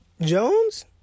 Jones